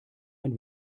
ein